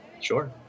Sure